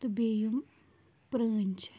تہٕ بیٚیہِ یِم پرٛٲنۍ چھِ